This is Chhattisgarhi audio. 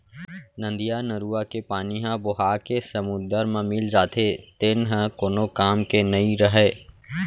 नदियाँ, नरूवा के पानी ह बोहाके समुद्दर म मिल जाथे तेन ह कोनो काम के नइ रहय